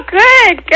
good